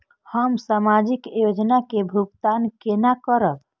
हम सामाजिक योजना के भुगतान केना करब?